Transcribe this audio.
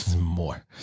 More